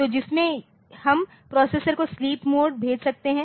तो जिसमें हम प्रोसेसर को स्लीप मोड भेज सकते है